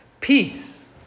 Peace